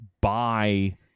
buy